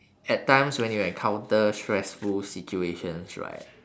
at times when you encounter stressful situations right